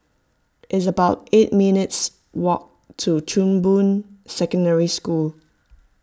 it's about eight minutes' walk to Chong Boon Secondary School